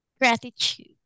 Gratitude